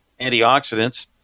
antioxidants